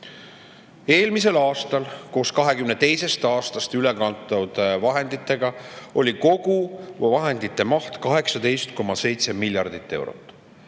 Eelmisel aastal oli koos 2022. aastast üle kantud vahenditega kogu vahendite maht 18,7 miljardit eurot.